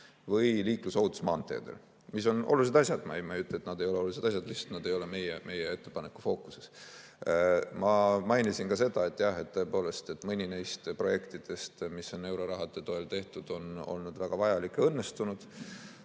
või liiklusohutus maanteedel. Need on olulised asjad. Ma ei ütle, et need ei ole olulised asjad, lihtsalt need ei ole meie ettepaneku fookuses. Ma mainisin ka seda, et tõepoolest, mõni neist projektidest, mis on euroraha toel tehtud, on olnud väga vajalik ja õnnestunud,